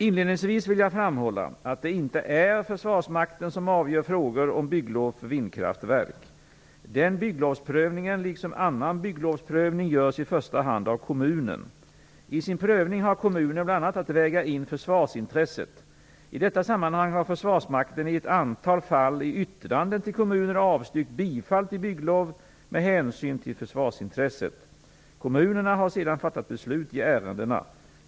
Inledningsvis vill jag framhålla att det inte är Försvarsmakten som avgör frågor om bygglov för vindkraftverk. Den bygglovsprövningen, liksom annan bygglovsprövning, görs i första hand av kommunen. I sin prövning har kommunen bl.a. att väga in försvarsintresset. I detta sammanhang har Försvarsmakten i ett antal fall i yttranden till kommuner avstyrkt bifall till bygglov med hänsyn till försvarsintresset. Kommunerna har sedan fattat beslut i ärendena.